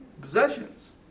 possessions